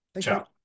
Ciao